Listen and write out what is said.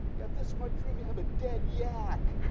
you have this much room. you have a dead yak.